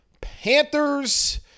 Panthers